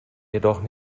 jedoch